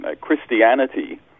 Christianity